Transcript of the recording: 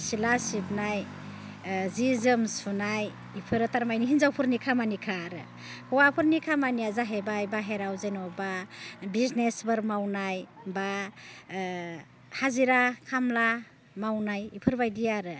सिला सिबनाय जि जोम सुनाय बेफोरो थारमानि हिन्जावफोरनि खामानिखा आरो हौवाफोरनि खामानिया जाहैबाय बाहेरायाव जेन'बा बिजनेसफोर मावनाय बा हाजिरा खामला मावनाय बेफोरबायदि आरो